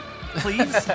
please